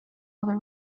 other